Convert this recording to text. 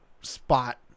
spot